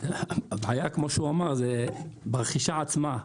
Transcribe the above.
הבעיה היא ברכישה עצמה.